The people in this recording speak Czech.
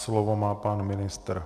Slovo má pan ministr.